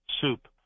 soup